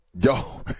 yo